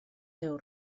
teu